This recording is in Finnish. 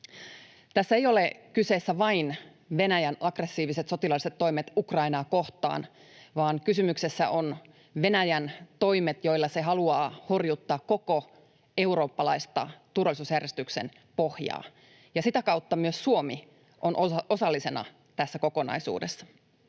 Tässä eivät ole kyseessä vain Venäjän aggressiiviset sotilaalliset toimet Ukrainaa kohtaan, vaan kysymyksessä ovat Venäjän toimet, joilla se haluaa horjuttaa koko eurooppalaista turvallisuusjärjestyksen pohjaa, ja sitä kautta myös Suomi on osallisena tässä kokonaisuudessa.